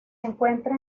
encuentra